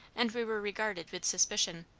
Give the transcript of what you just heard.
and we were regarded with suspicion.